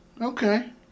Okay